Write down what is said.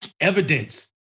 evidence